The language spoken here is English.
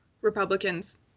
republicans